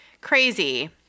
crazy